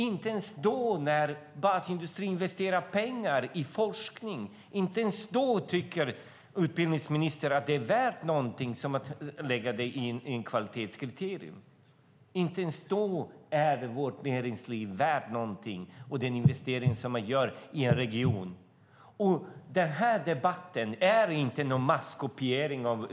Inte ens när basindustrin investerar pengar i forskning tycker utbildningsministern att det är värt någonting genom att lägga in det i ett kvalitetskriterium. Inte ens då är vårt näringsliv värt någonting och den investering som den gör i en region. Den här debatten är inte någon masskopiering.